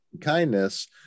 kindness